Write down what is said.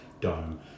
dome